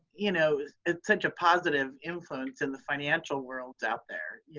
you know it's such a positive influence in the financial worlds out there.